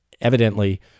evidently